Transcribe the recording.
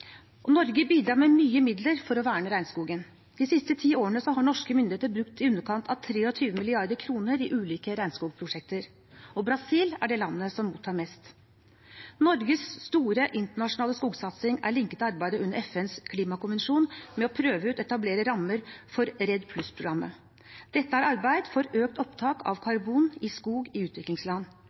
Norge bidrar med mange midler for å verne regnskogen. De siste ti årene har norske myndigheter brukt i underkant av 23 mrd. kr i ulike regnskogprosjekter, og Brasil er det landet som mottar mest. Norges store internasjonale skogsatsing er linket til arbeidet under FNs klimakonvensjon med å prøve ut og etablere rammer for REDD+-programmet. Dette er arbeid for økt opptak av karbon i skog i utviklingsland.